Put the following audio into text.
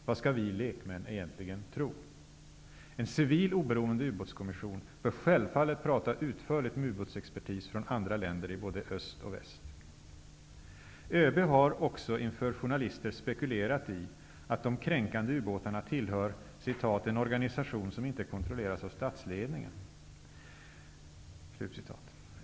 Vad skall vi lekmän egentligen tro? En civil oberoende ubåtskommission bör självfallet prata utförligt med ubåtsexpertis från andra länder i både öst och väst. ÖB har också inför journalister spekulerat i att de kränkande ubåtarna tillhör ''en organisation som inte kontrolleras av statsledningen''.